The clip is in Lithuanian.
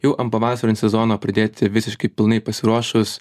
jau ant pavasario sezono pridėti visiškai pilnai pasiruošus